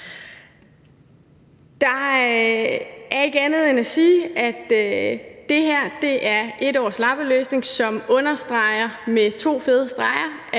Der er ikke andet at sige, end at det her er et års lappeløsning, som med to fede streger